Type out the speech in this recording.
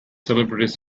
celebrities